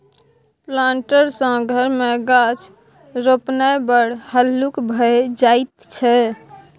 planter सँ घर मे गाछ रोपणाय बड़ हल्लुक भए जाइत छै